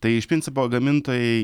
tai iš principo gamintojai